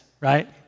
right